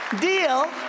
deal